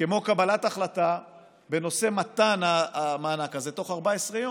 כמו קבלת החלטה בנושא מתן המענק הזה תוך 14 יום.